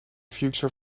future